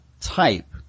type